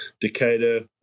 Decatur